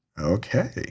Okay